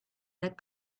that